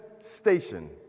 Station